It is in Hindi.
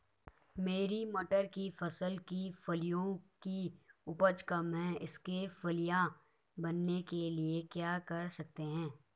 मेरी मटर की फसल की फलियों की उपज कम है इसके फलियां बनने के लिए क्या कर सकते हैं?